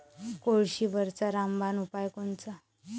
कोळशीवरचा रामबान उपाव कोनचा?